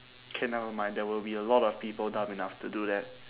okay never mind there will be a lot of people dumb enough to do that